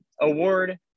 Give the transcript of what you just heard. award